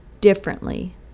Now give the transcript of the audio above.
differently